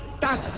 das